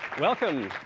welcome.